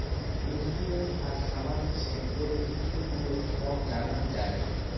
insurance আর সামাজিক সেক্টরের স্কিম গুলো সব জানা যায়